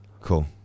Cool